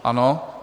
Ano.